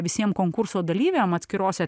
visiem konkurso dalyviam atskirose